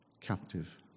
captive